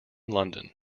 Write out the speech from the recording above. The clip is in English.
london